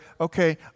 okay